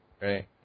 Right